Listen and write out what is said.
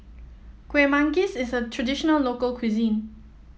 Kueh Manggis is a traditional local cuisine